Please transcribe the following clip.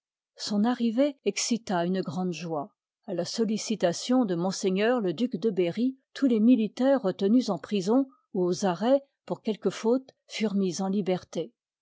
son jarrivéç excita une grande joie a la sollicitatiqn de m le duc de berry tous les militaires retenus e prison ou aux arrêts pour quelques fautes furent mis en liberté